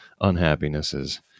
unhappinesses